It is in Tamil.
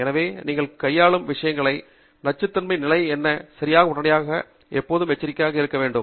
வழக்கமாக நீங்கள் கையாளும் விஷயங்களில் நச்சுத்தன்மை நிலை என்ன சரியாக உடனடியாக எப்போதும் எச்சரிக்கையாக இருக்கலாம்